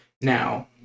Now